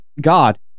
God